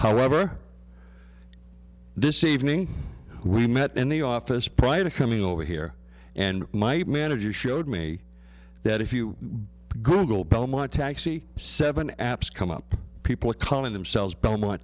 however this evening we met in the office prior to coming over here and night manager showed me that if you google belmont taxi seven apps come up people are calling themselves belmont